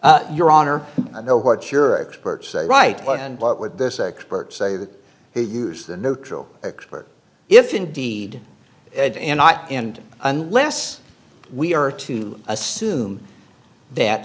your honor i know what your experts say right and what would this experts say the who use the neutral expert if indeed ed and i and unless we are to assume that